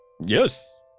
Yes